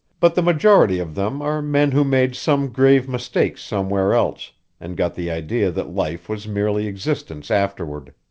but the majority of them are men who made some grave mistake somewhere else and got the idea that life was merely existence afterward.